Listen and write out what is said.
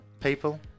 People